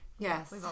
Yes